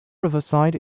riverside